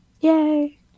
Yay